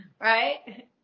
Right